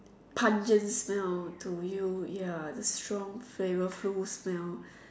pungent smell to you ya the strong flavourful smell